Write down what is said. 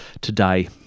today